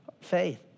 faith